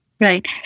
Right